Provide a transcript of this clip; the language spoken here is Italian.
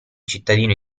cittadino